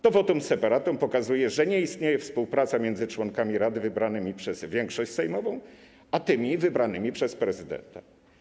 To votum separatum pokazuje, że nie istnieje współpraca między członkami rady wybranymi przez większość sejmową a tymi wybranymi przez prezydenta.